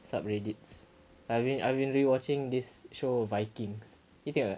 sub Reddits I've been I've been rewatching this show vikings you tengok ke